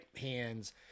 hands